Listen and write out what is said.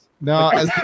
No